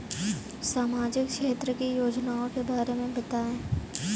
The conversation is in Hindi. सामाजिक क्षेत्र की योजनाओं के बारे में बताएँ?